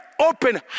open